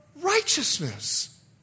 righteousness